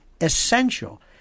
essential